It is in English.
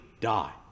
die